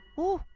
ooh,